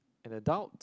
an adult